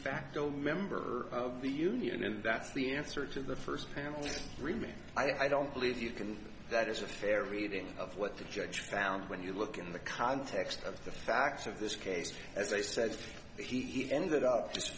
facto member of the union and that's the answer to the first family's remey i don't believe you can that is a fair reading of what the judge found when you look in the context of the facts of this case as i said he ended up just